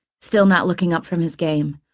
still not looking up from his game.